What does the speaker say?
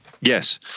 Yes